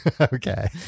Okay